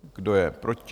Kdo je proti?